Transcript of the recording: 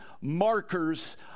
markers